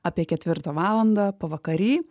apie ketvirtą valandą pavakary